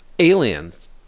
aliens